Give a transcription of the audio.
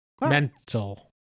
Mental